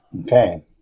Okay